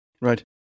Right